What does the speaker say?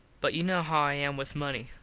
but you know how i am with money.